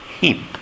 heap